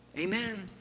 Amen